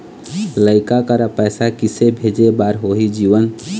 लइका करा पैसा किसे भेजे बार होही जीवन